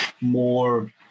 more